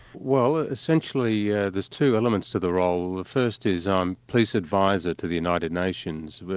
well essentially ah there's two elements to the role. the first is i'm police adviser to the united nations.